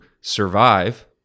survive